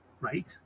right